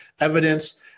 evidence